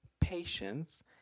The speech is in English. Patience